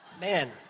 Man